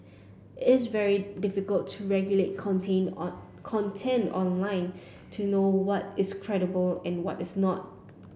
is very difficult to regulate contain on content online to know what is credible and what is not